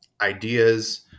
ideas